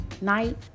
night